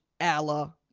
Allah